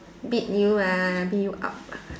beat you ah beat you up